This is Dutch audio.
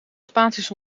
spaties